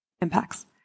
impacts